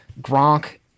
Gronk